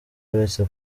uretse